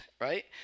right